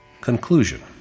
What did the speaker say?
Conclusion